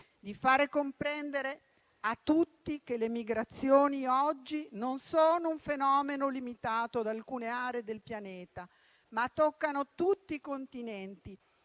di far comprendere a tutti che le migrazioni oggi non sono un fenomeno limitato ad alcune aree del pianeta, ma toccano tutti i continenti